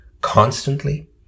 constantly